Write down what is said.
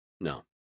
No